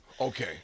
okay